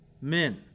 men